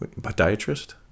podiatrist